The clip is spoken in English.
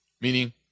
meaning